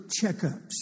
checkups